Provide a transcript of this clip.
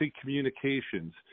communications